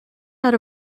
out